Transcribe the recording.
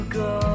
go